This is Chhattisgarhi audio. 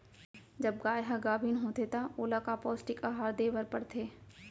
जब गाय ह गाभिन होथे त ओला का पौष्टिक आहार दे बर पढ़थे?